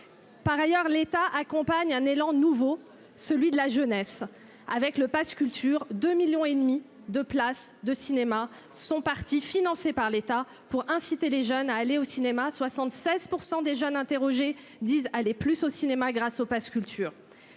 Par ailleurs, l'État accompagne un élan nouveau, celui de la jeunesse avec le Pass culture 2 millions et demi de places de cinéma sont partie financé par l'État pour inciter les jeunes à aller au cinéma, 76 % des jeunes interrogés disent allaient plus au cinéma grâce au Pass culture